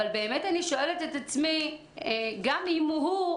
אני שואלת את עצמי: גם אם הוא,